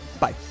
bye